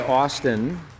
Austin